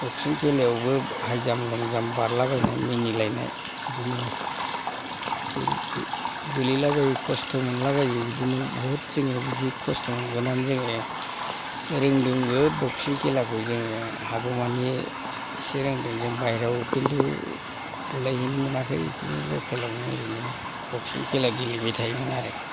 बक्सिं खेलायावबो हाइजाम लंजाम बारलाबायनाय मिनिलायनाय बिदिनो गोलैलाबायो खस्थ' मोनलाबायो बिदिनो बुहुत जोङो बिदि खस्थ' मोननानै जोङो रोंदोंबो बक्सिं खेलाखौ जोङो हागौमानि एसे रोंदों जों बाइहेरायाव खिन्थु बुलायहैनो मोनाखै लकेल आवनो ओरैनो बक्सिं खेला गेलेबाय थायोमोन आरो